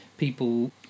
People